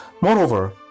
Moreover